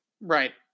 Right